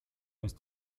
ist